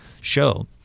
show